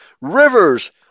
rivers